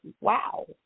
wow